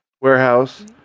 warehouse